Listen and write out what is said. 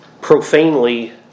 profanely